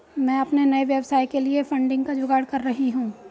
मैं अपने नए व्यवसाय के लिए फंडिंग का जुगाड़ कर रही हूं